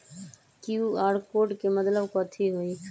QR code के मतलब कथी होई?